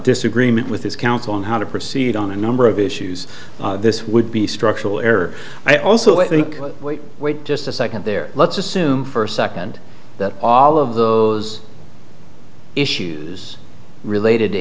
disagreement with his counsel on how to proceed on a number of issues this would be structural error i also think wait wait just a second there let's assume for a second that all of those issues related to